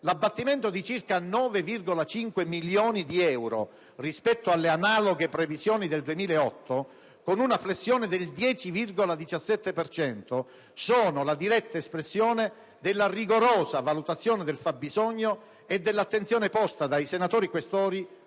l'abbattimento di circa 9,5 milioni di euro rispetto alle analoghe previsioni del 2008 con una flessione del 10,17 per cento è la diretta espressione della rigorosa valutazione del fabbisogno e dell'attenzione posta dai senatori Questori